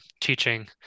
teaching